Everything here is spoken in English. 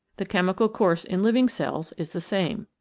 the chemical course in living cells is the same.